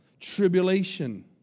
tribulation